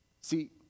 see